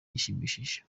gishimishije